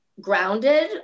grounded